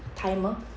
timer